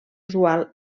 usual